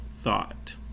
thought